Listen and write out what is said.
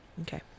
Okay